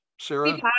Sarah